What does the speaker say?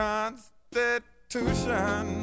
Constitution